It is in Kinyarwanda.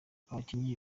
abakinnyi